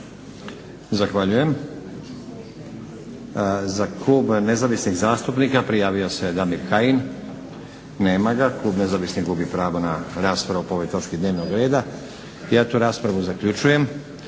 Zahvaljujem. Za klub nezavisnih zastupnika prijavio se Damir Kajin. Nema ga, klub nezavisnih gubi pravo na raspravu po ovoj točki dnevnog reda. Ja tu raspravu zaključujem.